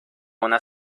una